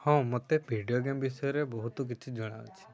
ହଁ ମୋତେ video game ବିଷୟରେ ବହୁତ କିଛି ଜଣାଅଛି